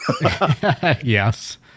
Yes